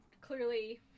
clearly